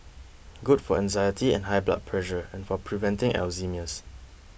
good for anxiety and high blood pressure and for preventing Alzheimer's